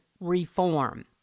reform